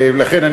לכן,